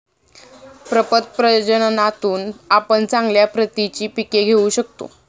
प्रपद प्रजननातून आपण चांगल्या प्रतीची पिके घेऊ शकतो